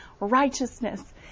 righteousness